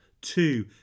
Two